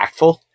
impactful